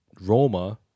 Roma